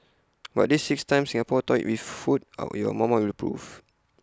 but these six times Singapore toyed with food off your mama will approve